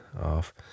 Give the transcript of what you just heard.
off